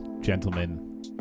gentlemen